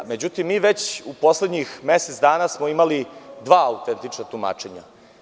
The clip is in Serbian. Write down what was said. Međutim, mi već u poslednjih mesec dana smo imali dva autentična tumačenja.